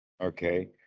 Okay